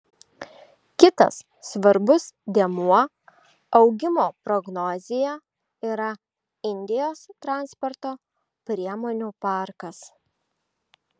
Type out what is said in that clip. kitas svarbus dėmuo augimo prognozėje yra indijos transporto priemonių parkas